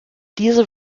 diese